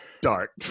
dark